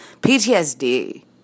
PTSD